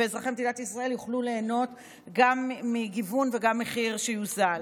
ואזרחי מדינת ישראל יוכלו ליהנות גם מגיוון וגם ממחיר שיוזל.